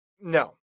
No